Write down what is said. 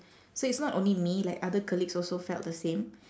so it's not only me like other colleagues also felt the same